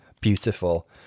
beautiful